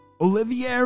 Olivier